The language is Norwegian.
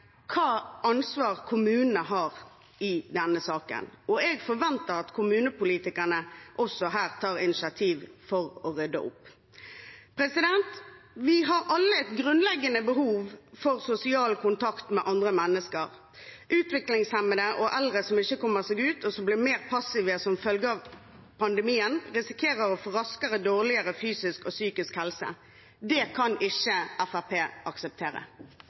ansvar kommunene har i denne saken. Jeg forventer at kommunepolitikerne også her tar initiativ for å rydde opp. Vi har alle et grunnleggende behov for sosial kontakt med andre mennesker. Utviklingshemmede og eldre som ikke kommer seg ut, og som blir mer passive som følge av pandemien, risikerer raskere å få dårligere fysisk og psykisk helse. Det kan ikke Fremskrittspartiet akseptere.